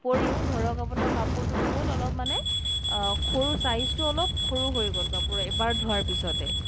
উপৰিও ধৰক আপোনাৰ কাপোৰটো কি হ'ল অলপ মানে সৰু চাইজটো অলপ সৰু হৈ গ'ল কাপোৰৰ এবাৰ ধোৱাৰ পিছতে